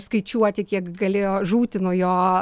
skaičiuoti kiek galėjo žūti nuo jo